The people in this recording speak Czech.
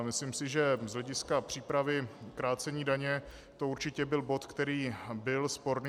Myslím si, že z hlediska přípravy krácení daně to určitě byl bod, který byl sporný.